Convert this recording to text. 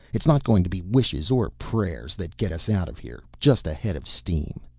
it's not going to be wishes or prayers that gets us out of here, just a head of steam.